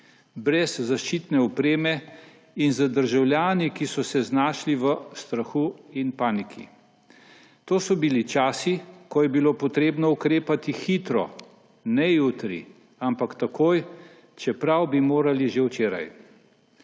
brez zaščitne opreme in z državljani, ki so se znašli v strahu in paniki. To so bili časi, ko je bilo treba ukrepati hitro, ne jutri, ampak takoj, čeprav bi morali že včeraj.